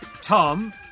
Tom